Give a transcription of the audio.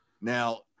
Now